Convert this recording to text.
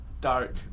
dark